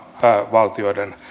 valtioiden